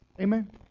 Amen